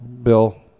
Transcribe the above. Bill